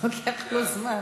ההצעה להעביר את הנושא